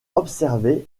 observaient